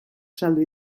saldu